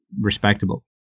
respectable